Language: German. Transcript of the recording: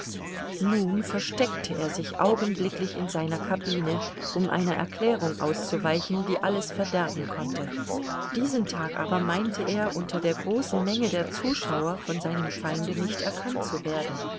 nun versteckte er sich augenblicklich in seiner cabine um einer erklärung auszuweichen die alles verderben konnte diesen tag aber meinte er unter der großen menge der zuschauer von seinem feinde nicht erkannt zu werden